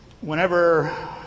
whenever